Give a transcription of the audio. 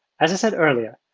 as i said earlier,